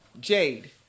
Jade